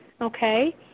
okay